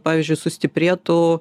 pavyzdžiui sustiprėtų